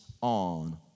on